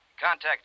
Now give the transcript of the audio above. contact